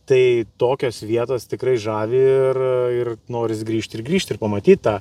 tai tokios vietos tikrai žavi ir ir noris grįžti ir grįžti ir pamatyt tą